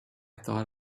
thought